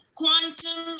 quantum